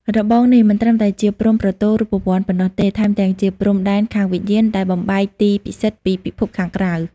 របងនេះមិនត្រឹមតែជាព្រំប្រទល់រូបវន្តប៉ុណ្ណោះទេ ថែមទាំងជាព្រំដែនខាងវិញ្ញាណដែលបំបែកទីពិសិដ្ឋពីពិភពខាងក្រៅ។